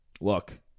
look